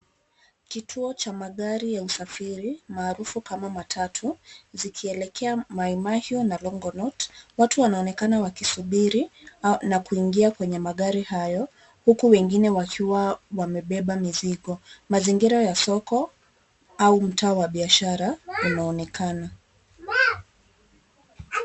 Kituo cha magari ya usafiri maarufu kama matatu zikielekea Maimahiu na Longonot. Watu wanaonekana wakisubiri na kuingia kwenye magari hayo huku wengine wakiwa wamebeba mizigo. Mazingira ya soko au mtaa wa biashara yanaonekana.